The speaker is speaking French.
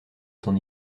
son